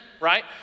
right